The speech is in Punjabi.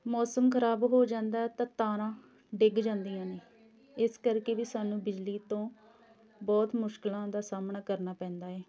ਮੌਸਮ ਖ਼ਰਾਬ ਹੋ ਜਾਂਦਾ ਤਾਂ ਤਾਰਾਂ ਡਿੱਗ ਜਾਂਦੀਆਂ ਨੇ ਇਸ ਕਰਕੇ ਵੀ ਸਾਨੂੰ ਬਿਜਲੀ ਤੋਂ ਬਹੁਤ ਮੁਸ਼ਕਿਲਾਂ ਦਾ ਸਾਹਮਣਾ ਕਰਨਾ ਪੈਂਦਾ ਹੈ